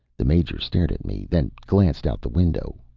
the major stared at me, then glanced out the window.